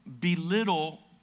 belittle